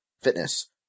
fitness